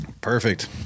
Perfect